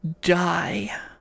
die